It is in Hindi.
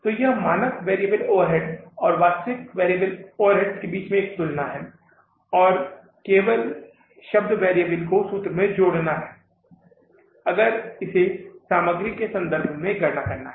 तो यह मानक वेरिएबल ओवरहेड्स और वास्तविक चर ओवरहेड्स के बीच एक तुलना है और केवल शब्द वेरिएबल को सूत्र में जोड़ा जाना है अगर इसे सामग्री के संबंध में गणना करना है